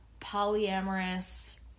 polyamorous